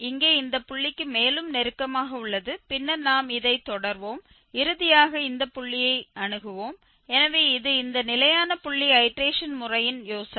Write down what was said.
இங்கே இந்த புள்ளிக்கு மேலும் நெருக்கமாக உள்ளது பின்னர் நாம் இதை தொடர்வோம் இறுதியாக இந்த புள்ளியை அணுகுவோம் எனவே இது இந்த நிலையான புள்ளி ஐடேரேஷன் முறையின் யோசனை